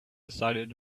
decided